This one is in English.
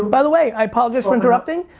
by the way, i apologize for interrupting,